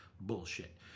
Bullshit